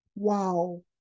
Wow